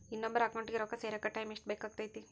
ಇನ್ನೊಬ್ಬರ ಅಕೌಂಟಿಗೆ ರೊಕ್ಕ ಸೇರಕ ಎಷ್ಟು ಟೈಮ್ ಬೇಕಾಗುತೈತಿ?